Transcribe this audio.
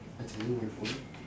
I charging my phone